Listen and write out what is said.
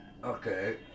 Okay